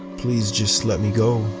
please just let me go.